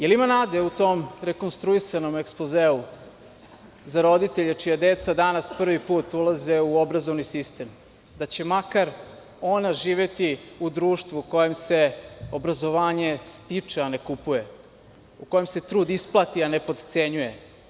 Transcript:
Da li ima nade u tom rekonstruisanom ekspozeu za roditelje čija deca danas prvi put ulaze u obrazovni sistem, da će makar ona živeti u društvu u kojem se obrazovanje stiče, a ne kupuje, u kojem se trud isplati, a ne potcenjuje?